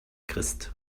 christ